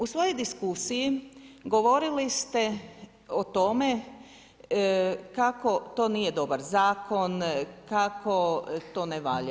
U svojoj diskusiji govorili ste o tome kako to nije dobar Zakon, kako to ne valja.